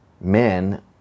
men